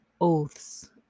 oaths